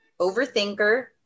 overthinker